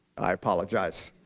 i apologize.